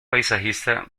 paisajista